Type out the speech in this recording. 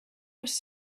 was